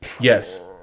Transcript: Yes